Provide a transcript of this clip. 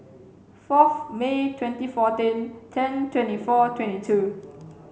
fourth May twenty fourteen ten twenty four twenty two